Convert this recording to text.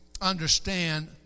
understand